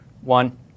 One